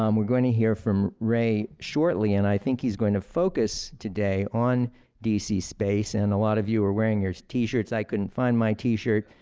um we're going to hear from ray shortly. and i think he's going to focus today on d c. space. and a lot of you are wearing your t-shirts. i couldn't find my t-shirt,